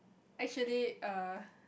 actually err